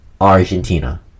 Argentina